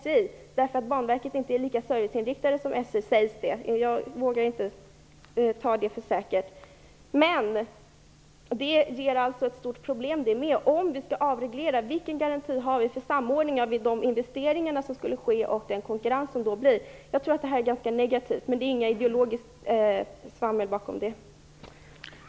Det påstås att Banverket inte är lika serviceinriktat som SJ. Det medför alltså stora problem. Om vi skall avreglera, vilken garanti har vi då för samordning av de investeringar som skulle ske och den konkurrens som skulle uppstå? Jag tror att det är ganska negativt, men det ligger inte ideologiskt svammel bakom den uppfattningen.